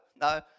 no